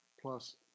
plus